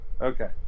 Okay